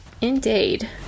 Indeed